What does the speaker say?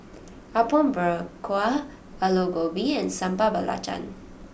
Apom Berkuah Aloo Gobi and Sambal Belacan